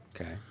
Okay